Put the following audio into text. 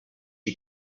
you